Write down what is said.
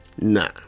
Nah